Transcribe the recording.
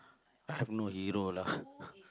I have no hero lah